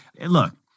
Look